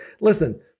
Listen